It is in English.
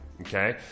okay